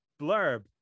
blurb